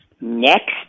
Next